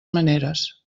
maneres